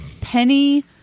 Penny